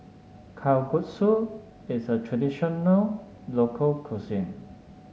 Kalguksu is a traditional local cuisine